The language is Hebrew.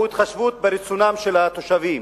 והם התחשבות ברצונם של התושבים.